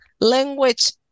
language